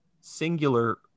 singular